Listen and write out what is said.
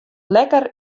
lekker